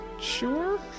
sure